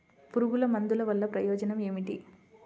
పురుగుల మందుల వల్ల ప్రయోజనం ఏమిటీ?